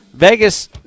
Vegas